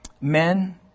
men